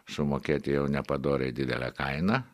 sumokėti jau nepadoriai didelę kainą